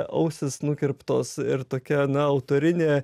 ausys nukirptos ir tokia na autorinė